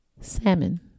salmon